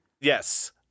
Yes